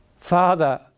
Father